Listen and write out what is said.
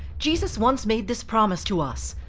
jesus once made this promise to us,